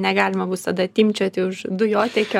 negalima bus tada timpčioti už dujotiekio